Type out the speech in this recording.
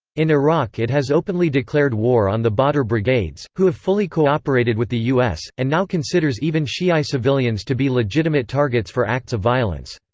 in iraq it has openly declared war on the badr but brigades, who have fully cooperated with the us, and now considers even shi'i civilians to be legitimate targets for acts of violence.